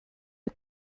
are